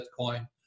Bitcoin